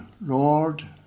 Lord